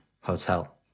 Hotel